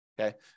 Okay